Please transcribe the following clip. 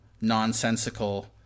nonsensical